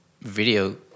video